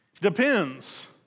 depends